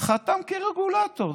חתם כרגולטור.